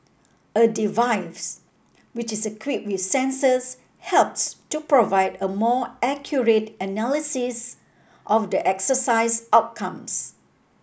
a device which is equipped with sensors helps to provide a more accurate analysis of the exercise outcomes